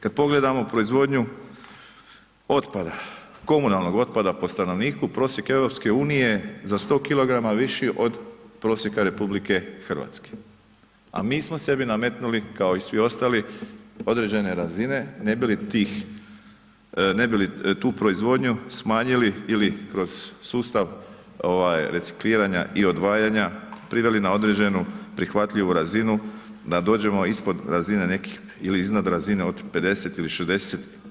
Kad pogledamo proizvodnju otpada, komunalnog otpada po stanovniku, prosjek je EU za 100 kg viši od prosjeka RH, a mi smo sebi nametnuli kao i svi ostali određene razine ne bi li tih, ne bi li tu proizvodnju smanjili ili kroz sustav ovaj recikliranja i odvajanja priveli na određenu prihvatljivu razinu da dođemo ispod razine nekih ili iznad razine od 50 ili 60%